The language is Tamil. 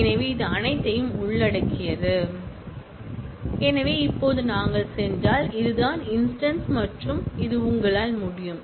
எனவே அது அனைத்தையும் உள்ளடக்கியது எனவே இப்போது நாங்கள் சென்றால் இதுதான் இன்ஸ்டன்ஸ் மற்றும் இது உங்களால் முடியும்